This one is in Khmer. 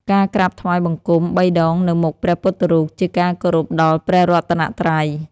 ការក្រាបថ្វាយបង្គំបីដងនៅមុខព្រះពុទ្ធរូប ជាការគោរពដល់ព្រះរតនត្រ័យ។